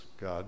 God